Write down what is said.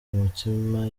mitima